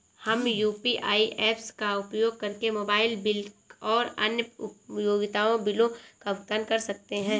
हम UPI apps का उपयोग करके मोबाइल बिल और अन्य उपयोगिता बिलों का भुगतान कर सकते हैं